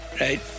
right